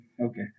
Okay